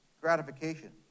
gratification